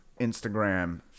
Instagram